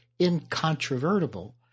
incontrovertible